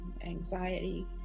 anxiety